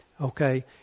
Okay